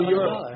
Europe